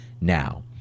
now